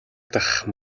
дахь